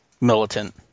militant